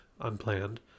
unplanned